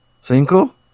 Cinco